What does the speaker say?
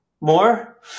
More